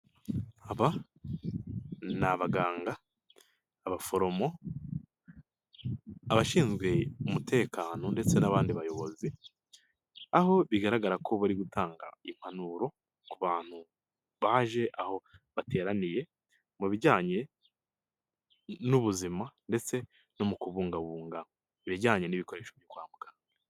Aba ni abaganga, abaforomo, abashinzwe umutekano ndetse n'abandi bayobozi, aho bigaragara ko bari gutanga impanuro ku bantu baje aho bateraniye mu bijyanye n'ubuzima ndetse no mu kubungabunga ibijyanye n'ibikoresho byo kwa muganga.